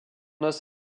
noces